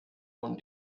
und